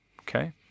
Okay